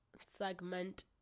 segment